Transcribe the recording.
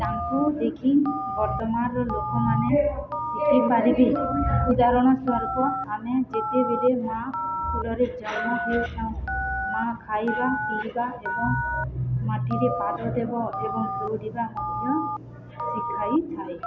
ତାଙ୍କୁ ଦେଖି ବର୍ତ୍ତମାନ୍ର ଲୋକମାନେ ଶିଖିପାରିବେ ଉଦାହରଣ ସ୍ୱରୂପ ଆମେ ଯେତେବେଳେ ମାଆ କୋଳରେ ଜନ୍ମ ହେଇଥାଉ ମାଆ ଖାଇବା ପିଇବା ଏବଂ ମାଟିରେ ପାଦ ଦେବା ଏବଂ ଦୌଡ଼ିବା ମଧ୍ୟ ଶିଖାଇଥାଏ